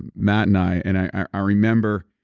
matt and i. and i ah remember